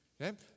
Okay